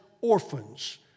orphans